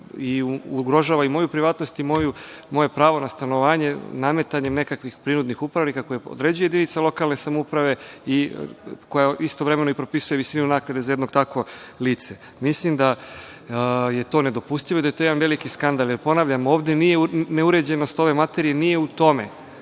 ugrožava i moju privatnost i moje pravo na stanovanje nametanjem nekakvih prirodnih upravnika koje određuje jedinica lokalne samouprave i koja istovremeno propisuje visinu naknade za jedno takvo lice. Mislim da je to nedopustivo i da je to jedan veliki skandal. Ponavljam, neuređenost ove materije nije u tome